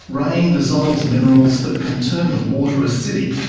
rain dissolves minerals that can turn the water acidic,